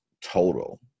total